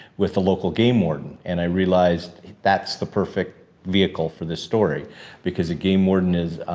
with the local game warden. and i realized that's the perfect vehicle for this story because a game warden is,